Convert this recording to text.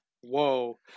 whoa